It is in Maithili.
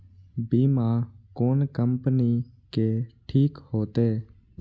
बीमा कोन कम्पनी के ठीक होते?